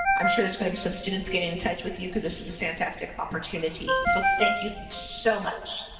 i'm sure there's going to be some students getting in touch with you because this is a fantastic opportunity. so, thank you so much.